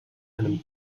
einem